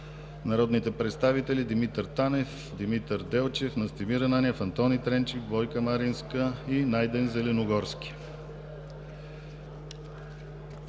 народните представители Димитър Танев, Димитър Делчев, Настимир Ананиев, Антони Тренчев, Бойка Маринска и Найден Зеленогорски.